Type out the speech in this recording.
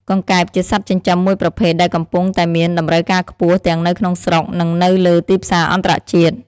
កង្កែប ជាសត្វចិញ្ចឹមមួយប្រភេទដែលកំពុងតែមានតម្រូវការខ្ពស់ទាំងនៅក្នុងស្រុក និងនៅលើទីផ្សារអន្តរជាតិ។